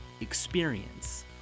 experience